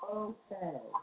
okay